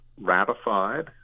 ratified